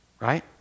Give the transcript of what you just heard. right